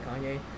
Kanye